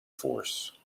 force